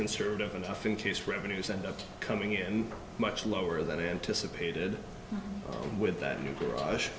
conservative enough in case revenues and coming in much lower than anticipated with that new garage